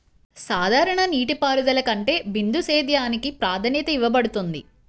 సాధారణ నీటిపారుదల కంటే బిందు సేద్యానికి ప్రాధాన్యత ఇవ్వబడుతుంది